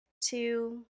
two